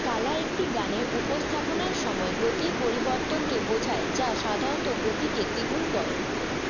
কালা একটি গানের উপস্থাপনার সময় গতির পরিবর্তনকে বোঝায় যা সাধারণত গতিকে দ্বিগুণ করে